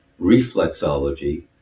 reflexology